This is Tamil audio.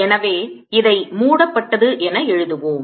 எனவே இதை மூடப்பட்டது என எழுதுவோம்